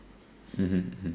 mmhmm mmhmm